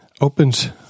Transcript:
opens